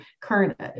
current